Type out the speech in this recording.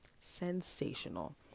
Sensational